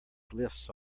glyphs